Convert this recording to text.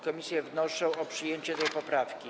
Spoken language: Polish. Komisje wnoszą o przyjęcie tej poprawki.